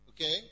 Okay